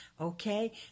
okay